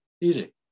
Easy